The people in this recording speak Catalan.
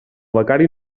becari